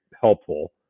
helpful